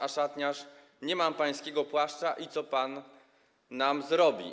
A szatniarz: Nie mamy pańskiego płaszcza i co nam pan zrobi?